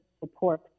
support